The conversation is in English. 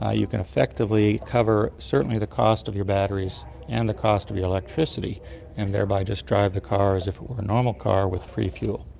ah you can effectively cover certainly the cost of your batteries and the cost of your electricity and thereby thereby just drive the car as if it were a normal car with free fuel.